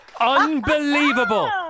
Unbelievable